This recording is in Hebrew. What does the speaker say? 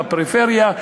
בפריפריה,